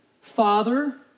Father